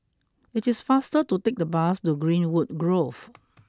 it is faster to take the bus to Greenwood Grove